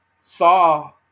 saw